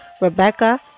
Rebecca